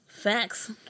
Facts